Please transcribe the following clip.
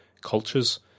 cultures